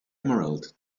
emerald